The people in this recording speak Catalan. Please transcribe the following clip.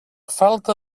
falta